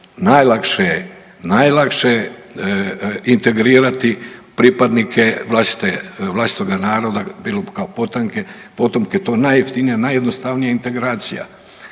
najlakše je integrirati pripadnike vlastitoga naroda, bilo kao potomke, to je najjeftinija, najjednostavnija integracija